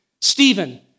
Stephen